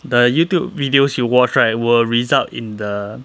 the Youtube videos you watch right will result in the